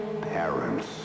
Parents